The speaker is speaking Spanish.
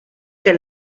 que